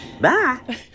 Bye